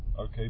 okay